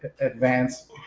advance